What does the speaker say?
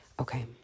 Okay